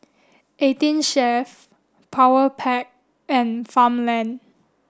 Eighteen Chef Powerpac and Farmland